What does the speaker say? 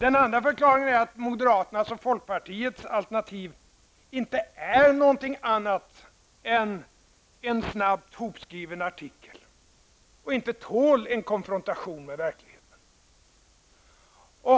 En annan förklaring kan vara att moderaternas och folkpartiets alternativ inte är något annat än en snabbt hopskriven artikel och inte tål en konfrontation med verkligheten.